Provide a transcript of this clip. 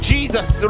Jesus